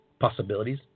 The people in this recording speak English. possibilities